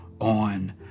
on